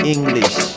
English